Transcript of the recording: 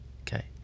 okay